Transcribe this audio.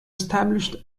established